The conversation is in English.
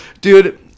dude